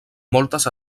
moltes